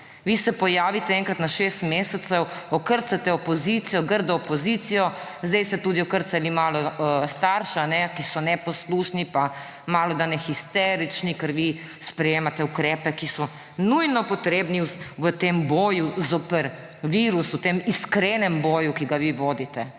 Vi se pojavite enkrat na šest mesecev, okrcate opozicijo, grdo opozicijo, zdaj ste tudi malo okrcali starše, ki so neposlušni pa malodane histerični, ker vi sprejemate ukrepe, ki so nujno potrebni v tem boju zoper virus, v tem iskrenem boju, ki ga vi vodite.